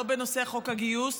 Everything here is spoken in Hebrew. לא בנושא חוק הגיוס,